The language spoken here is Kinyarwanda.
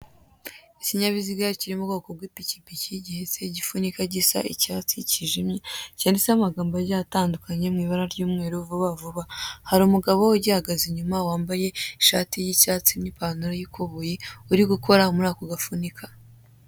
Ikinyabiziga kiri mu bwoko bw'ipikipiki gihetse igifunika gisa icyatsi kijimye cyanditseho amagambo agiye atandukanye mu ibara ry'umweru vuba vuba, hari umugabo ugihagaze inyuma wambaye ishati y'icyatsi n'ipantaro y'ikuboyi uri gukora muri ako gafunika.